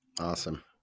Awesome